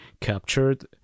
captured